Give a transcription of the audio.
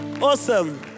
Awesome